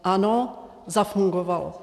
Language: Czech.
Ano, zafungovalo.